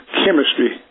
chemistry